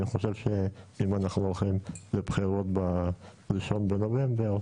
אני חושב שאם אנחנו הולכים לבחירות ב- 1 בנובמבר,